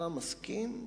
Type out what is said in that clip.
ואברהם מסכים.